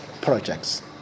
projects